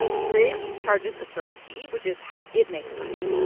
bridge charges a service fee, which is how it makes money.